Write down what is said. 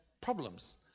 problems